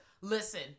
Listen